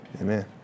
Amen